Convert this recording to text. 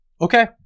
Okay